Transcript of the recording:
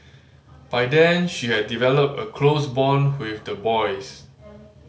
by then he had developed a close bond with the boys